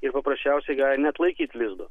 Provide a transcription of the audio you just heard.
ir paprasčiausiai gali neatlaikyti lizdo